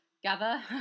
gather